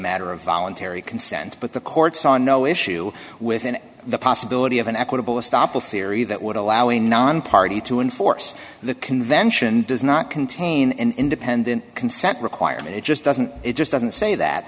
matter of voluntary consent but the court saw no issue within the possibility of an equitable stop of theory that would allow a non party to enforce the convention does not contain an independent consent requirement it just doesn't it just doesn't say that